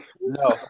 no